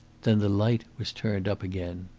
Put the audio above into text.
then the light was turned up again.